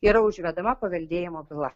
yra užvedama paveldėjimo byla